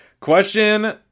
question